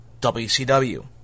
WCW